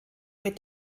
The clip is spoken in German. mit